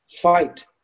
Fight